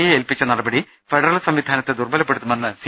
എയെ ഏൽപ്പിച്ച നടപടി ഫെഡറൽ സംവിധാ നത്തെ ദുർബ്ബലപ്പെടുത്തുമെന്ന് സി